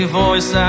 voice